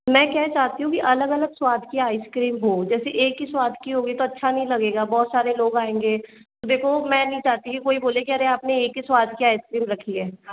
मैं क्या चाहती हूँ कि अलग अलग स्वाद की आइसक्रीम हो जैसे एक ही स्वाद की होगी तो अच्छा नहीं लगेगा बहुत सारे लोग आएंगे देखो मैं नहीं चाहती कोई बोले के अरे आपने एक ही स्वाद की आइसक्रीम रखी है